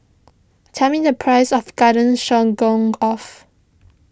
tell me the price of Garden Stroganoff